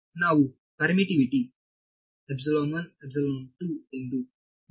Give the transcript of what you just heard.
ನಾನು ಪರ್ಮಿಟಿವಿಟಿ ಎಂದು ನಿಯೋಜಿಸುತ್ತೇನೆ